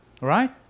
Right